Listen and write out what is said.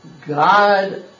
God